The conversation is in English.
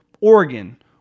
Oregon